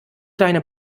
deine